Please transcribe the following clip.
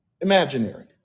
imaginary